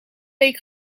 week